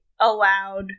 allowed